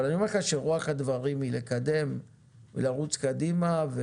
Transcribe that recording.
אני אומר לך שרוח הדברים היא לקדם ולרוץ קדימה.